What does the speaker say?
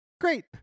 Great